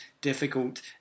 difficult